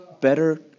better